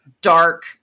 dark